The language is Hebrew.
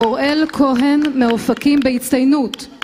אוראל כהן, מאופקים בהצטיינות